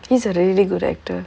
he is a really good actor